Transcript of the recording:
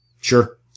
Sure